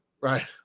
Right